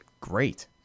great